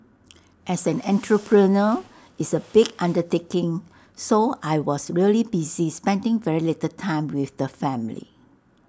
as an entrepreneur it's A big undertaking so I was really busy spending very little time with the family